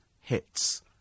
hits